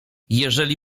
jeżeli